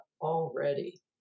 already